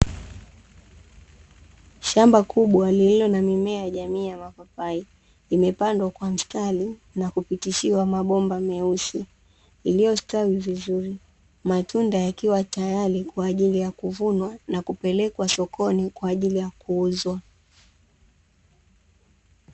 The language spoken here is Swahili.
Shamba kubwa lililo na mimea ya jamii ya mapapai, imepandwa kwa mstari na kupitishiwa mabomba meusi iliyostawi vizuri, matunda yakiwa tayari kwa ajili ya kuvunwa na kupelekwa sokoni kwa ajili ya kuuzwa.